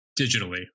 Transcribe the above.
digitally